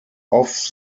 off